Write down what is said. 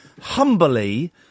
humbly